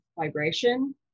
vibration